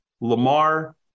Lamar